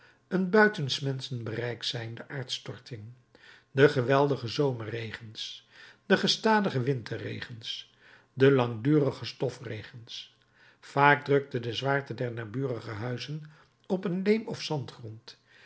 een buiten s menschen bereik zijnde aardstorting de geweldige zomerregens de gestadige winterregens de langdurige stofregens vaak drukte de zwaarte der naburige huizen op een leem of zandgrond